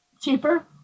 cheaper